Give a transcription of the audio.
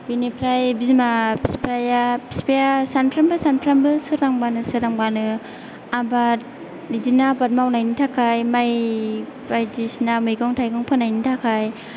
बिनिफ्राय बिमा बिफाया फिफाया सानफ्रामबो सानफ्रामबो सोरांबानो सोरांबानो आबाद बिदिनो आबाद मावनायनि थाखाय माइ बायदिसिना मैगं थाइगं फाननायनि थाखाय